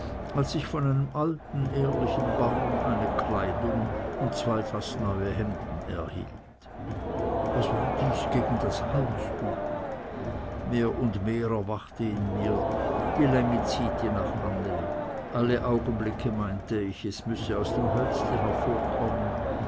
als ich von einem alten ehrlichen bauern eine kleidung und zwei fast neue hemden erhielt was war dies gegen das halstuch mehr und mehr erwachte in mir die längi zyti nach anneli alle augenblicke meinte ich es müsse aus dem hölzli hervorkommen